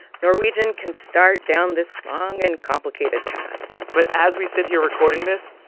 norwegian can start down this long and complicated path but as we sit here recording this,